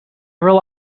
rely